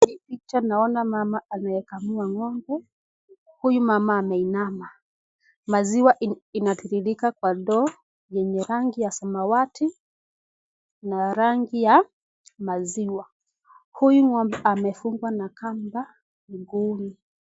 Hii picha naona mama anayekamua ng'ombe. Huyu mama ameinama. Maziwa inatiririka kwa ndoo yenye rangi ya samawati na rangi ya maziwa. Huyu ng'ombe amefungwa na kamba mguuni.